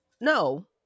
No